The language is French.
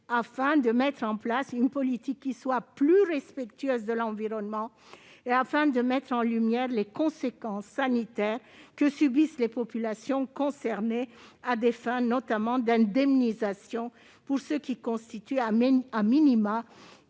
afin de mettre en place une politique plus respectueuse de l'environnement et de mettre en lumière les conséquences sanitaires que subissent les populations concernées, notamment à des fins d'indemnisation, pour ce qui constitue, à tout